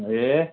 ए